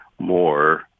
more